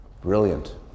brilliant